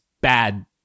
bad